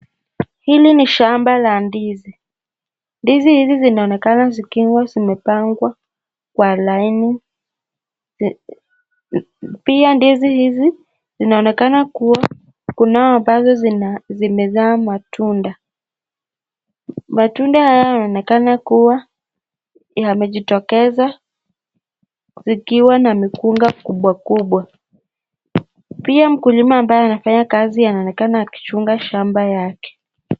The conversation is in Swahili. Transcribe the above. Hili ni shamba la ndizi hizi zinaonekana zikiwa zimepangwa kwa laini, pia ndizi hizi inaonekana kuwa kunao smbazo zimezaa matunda, matunda haya yanaoneka kuwa tamejitokeza zikiwa na mkogunga kwabwa kubwa, pia mkulima as nafanya kazi anaonekana akijunga shamba yake.